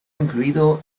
incluido